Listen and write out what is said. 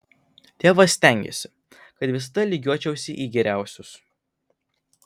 tėvas stengėsi kad visada lygiuočiausi į geriausius